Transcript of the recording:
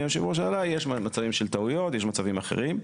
היושב ראש אמר אכן יש מצבים של טעויות ויש מצבים אחרים.